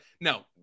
no